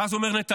ואז אומר נתניהו: